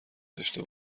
داشته